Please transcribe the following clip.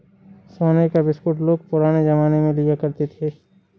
सोने का बिस्कुट लोग पुराने जमाने में लिया करते थे